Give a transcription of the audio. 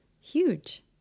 Huge